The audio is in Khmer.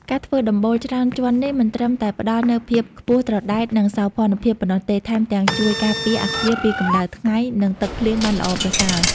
ការធ្វើដំបូលច្រើនជាន់នេះ មិនត្រឹមតែផ្តល់នូវភាពខ្ពស់ត្រដែត និងសោភ័ណភាពប៉ុណ្ណោះទេ ថែមទាំងជួយការពារអគារពីកម្ដៅថ្ងៃ និងទឹកភ្លៀងបានល្អប្រសើរ។